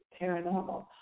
paranormal